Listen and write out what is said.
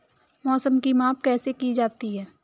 मौसम की माप कैसे की जाती है?